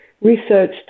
research